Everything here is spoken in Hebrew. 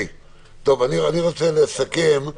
אני רוצה לסכם.